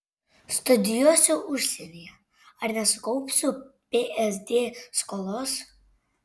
studijuosiu užsienyje ar nesukaupsiu psd skolos